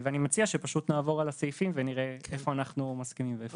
אני מציע שנעבור על הסעיפים ונראה איפה אנחנו מסכימים ואיפה לא.